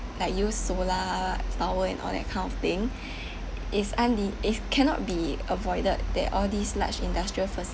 like use solar power and all that kind of thing is unde~ is cannot be avoided that all these large industrial faci~